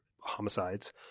homicides